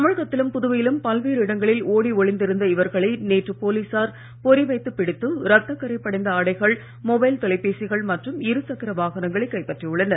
தமிழகத்திலும் புதுவையிலும் பல்வேறு இடங்களில் ஓடி ஒளிந்து இருந்த இவர்களை நேற்று போலீசார் பொறி வைத்து பிடித்து ரத்தக் கறை படிந்த ஆடைகள் மொபைல் தொலைபேசிகள் மற்றும் இரு சக்கர வாகனங்களை கைப்பற்றியுள்ளனர்